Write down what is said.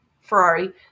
Ferrari